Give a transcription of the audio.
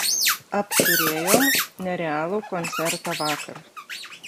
apturėjom nerealų koncertą vakar